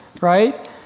right